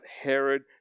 Herod